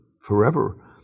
forever